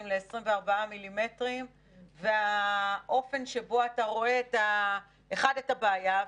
ל-24 מילימטרים והאופן שבו אתה רואה: 1. את הבעיה,